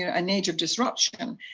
a and age of disruption,